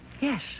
yes